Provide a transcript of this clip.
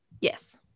Yes